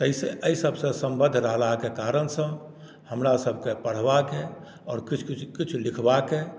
एहि सभसे संबद्ध रहलाक कारणसँ हमरा सभकेँ पढ़बाक आओर किछु किछु किछु लिखबाक